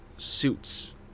suits